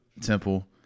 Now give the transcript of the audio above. Temple